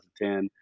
2010